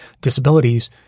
disabilities